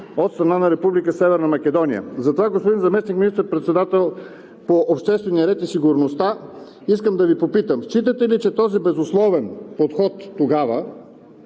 Северна Македония. Затова, господин Заместник министър-председател по обществения ред и сигурността, искам да Ви попитам: считате ли, че този безусловен подход тогава